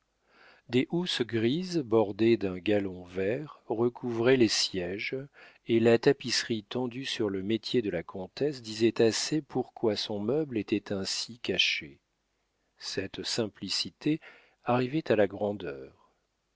des housses grises bordées d'un galon vert recouvraient les siéges et la tapisserie tendue sur le métier de la comtesse disait assez pourquoi son meuble était ainsi caché cette simplicité arrivait à la grandeur